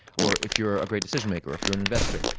or, if you're a great decision maker or if you're an investor,